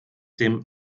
dem